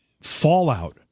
fallout